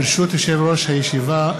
ברשות יושב-ראש הישיבה,